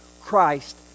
Christ